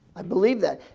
i believe that.